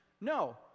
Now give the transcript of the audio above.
No